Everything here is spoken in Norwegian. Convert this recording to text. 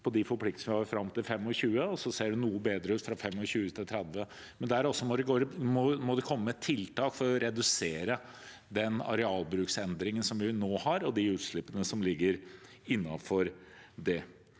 på de forpliktelsene vi har fram til 2025, og så ser det noe bedre ut fra 2025 til 2030, men der må det også komme tiltak for å redusere den arealbruksendringen vi nå har, og de utslippene som ligger innenfor det.